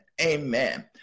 Amen